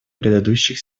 предыдущих